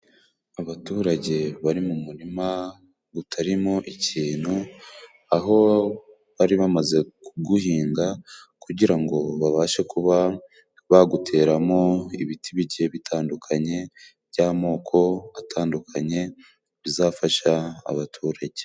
Abaturage bari mu murima utarimo ikintu, aho bari bamaze kuguhinga, kugira ngo babashe kuba baguteramo ibiti bigiye bitandukanye, by'amoko atandukanye bizafasha abaturage.